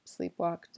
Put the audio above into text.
sleepwalked